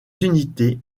unités